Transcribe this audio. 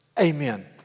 Amen